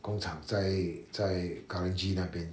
工厂在在 kranji 那边